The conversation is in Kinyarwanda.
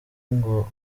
ngo